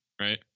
right